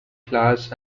class